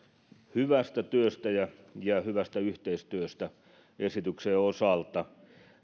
hyvästä työstä ja ja hyvästä yhteistyöstä esityksen osalta